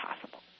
possible